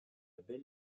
belle